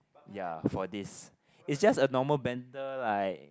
ya for this is just a normal banter like